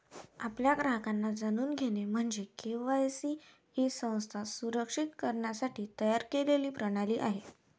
आपल्या ग्राहकांना जाणून घेणे म्हणजे के.वाय.सी ही संस्था सुरक्षित करण्यासाठी तयार केलेली प्रणाली आहे